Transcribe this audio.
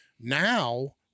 Now